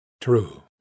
True